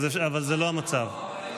אבל זה לא המצב.